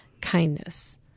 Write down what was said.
kindness